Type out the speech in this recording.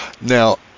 Now